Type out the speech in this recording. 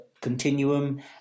continuum